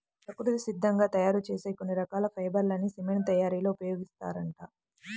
ప్రకృతి సిద్ధంగా తయ్యారు చేసే కొన్ని రకాల ఫైబర్ లని సిమెంట్ తయ్యారీలో ఉపయోగిత్తారంట